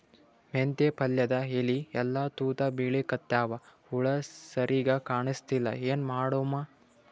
ಮೆಂತೆ ಪಲ್ಯಾದ ಎಲಿ ಎಲ್ಲಾ ತೂತ ಬಿಳಿಕತ್ತಾವ, ಹುಳ ಸರಿಗ ಕಾಣಸ್ತಿಲ್ಲ, ಏನ ಮಾಡಮು?